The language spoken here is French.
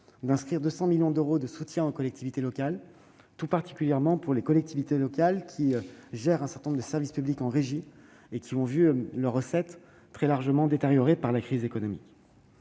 -d'inscrire 200 millions d'euros de soutien aux collectivités locales, en particulier à celles qui gèrent un certain nombre de services publics en régie et qui ont vu leurs recettes très largement détériorées par la crise économique.